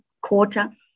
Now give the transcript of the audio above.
quarter